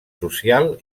social